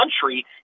country